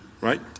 right